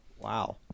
Wow